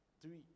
Three